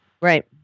Right